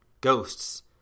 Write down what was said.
Ghosts